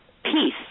Peace